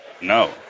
no